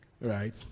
Right